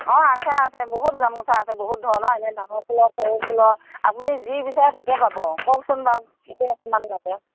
অ আছে আছে বহুত গামোচা আছে বহুত ধৰণৰ এনে ডাঙৰ ফুলৰ সৰু ফুলৰ আপুনি যি বিচাৰে তাকে পাব কওকচোন বাৰু